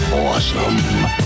awesome